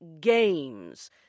games